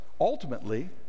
ultimately